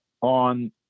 on